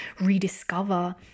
rediscover